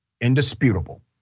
indisputable